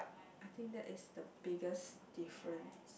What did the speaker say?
I think that is the biggest difference